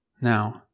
Now